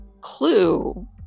clue